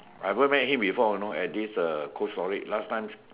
I even met him before you know at this uh cold storage last time